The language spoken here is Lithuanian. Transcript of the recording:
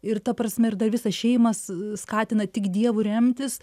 ir ta prasme ir dar visą šeimą skatina tik dievu remtis